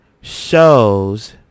Shows